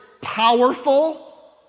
powerful